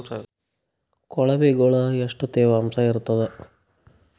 ಕೊಳವಿಗೊಳ ಎಷ್ಟು ತೇವಾಂಶ ಇರ್ತಾದ?